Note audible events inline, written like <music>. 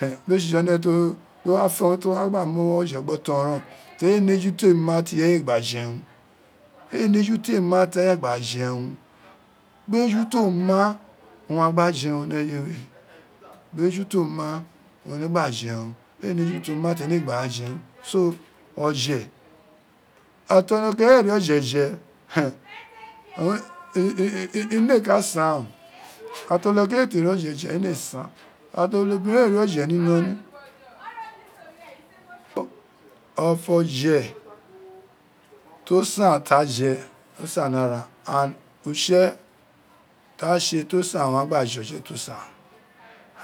Mee tsitsi o̱ne to wa fe urun to gba ra mu afe gbe oton ro ren <noise> ee re eju tee ma ti ire ye ee gba jerun, ee ne ejin te ma tene ee gba jerun, kpeju toma wun ene gba jerun ni eye we kpeju te ma wun ene gba ferun ee ne eju to ma ti ene ee gba jerun so, oje ira ti onoiren ee ri oje je in o ee ka san o <noise> ira ti olobiren ee te ri oje fe ino, ee san, ira ti onobiren ee te ri oje ri iloli <noise> ofo oje to san ta je, o san ni ara and utse ta tse to san a gbai je ote to san